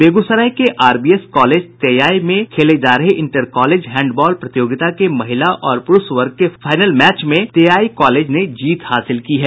बेगूसराय के RBS college Teyai में खेले जा रहे इंटर कॉलेज हैंड बॉल प्रतियोगिता के महिला और पुरूष वर्ग के फाइनल मैच में तेयाय कॉलेज ने जीत हासिल की है